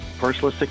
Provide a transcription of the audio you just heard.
personalistic